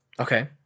Okay